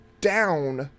down